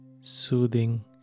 soothing